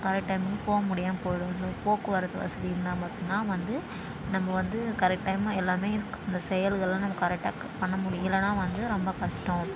correct டைம்க்கு போக முடியாமல் போய்டும் இந்த போக்குவரத்து வசதி இருந்தால் மட்டும் தான் வந்து நம்ம வந்து கரெக்ட் டைம் எல்லாமே இந்த செயல்களெலாம் நம்ம கரெக்டாக பண்ண முடியும் இல்லைன்னா வந்து ரொம்ப கஷ்டம்